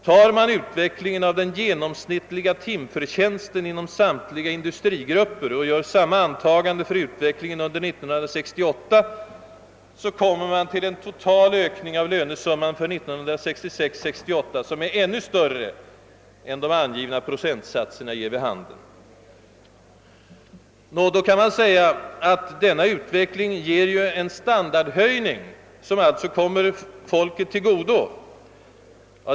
Tar man utvecklingen av den genomsnittliga timförtjänsten inom samtliga industrigrupper och gör samma antagande för utvecklingen under 1968, kommer man fram till en total ökning av lönesumman för perioden 1966—1968, som är ännu större än de angivna procentsatserna ger vid handen. Nå, då kan man ju säga att denna utveckling ger en standardhöjning, som alltså kommer folket till godo.